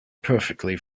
perfectly